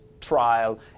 trial